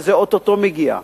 וזה או-טו-טו מגיע,